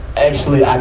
actually,